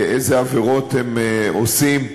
איזה עבירות הם עושים,